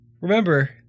Remember